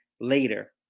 later